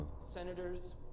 Senators